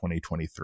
2023